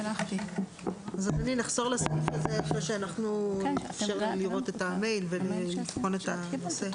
אז נחזור לסעיף הזה אחרי שנאפשר לראות את המייל ולבחון את הנושא.